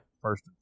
first